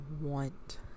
want